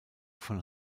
von